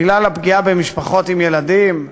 בגלל הפגיעה במשפחות עם ילדים.